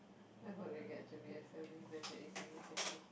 I hope you get to be a family man that you think you can be